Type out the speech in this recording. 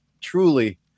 truly